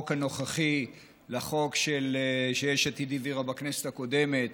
הנוכחי לחוק שיש עתיד העבירה בכנסת הקודמת,